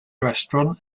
restaurant